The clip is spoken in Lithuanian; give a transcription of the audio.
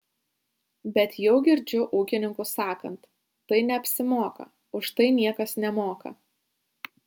bet jau girdžiu ūkininkus sakant tai neapsimoka už tai niekas nemoka